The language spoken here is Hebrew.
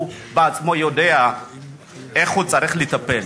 הוא בעצמו יודע איך הוא צריך לטפל.